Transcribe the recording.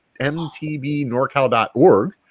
mtbnorcal.org